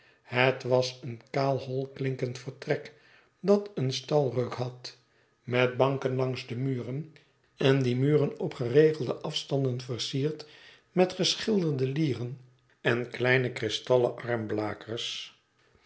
het was een kaal holklinkend vertrek dat een stalreuk had met banken langs de muren en die muren op geregelde afstanden versierd met geschilderde lieren en kleine kristallen